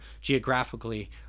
geographically